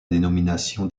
dénomination